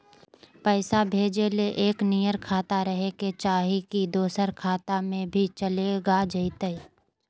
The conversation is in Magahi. पैसा भेजे ले एके नियर खाता रहे के चाही की दोसर खाता में भी चलेगा जयते?